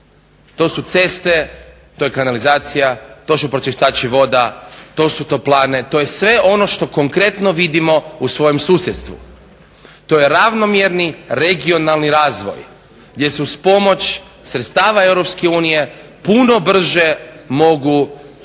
To su ceste, to su kanalizacija, to su pročišćivači voda, to su toplane, to je sve ono što konkretno vidimo u svojem susjedstvu. To je ravnomjerni regionalni razvoj, gdje se uz pomoć sredstava Europske unije